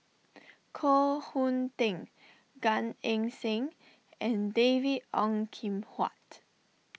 Koh Hoon Teck Gan Eng Seng and David Ong Kim Huat